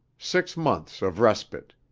six months of respite.